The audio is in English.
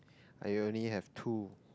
I rarely have two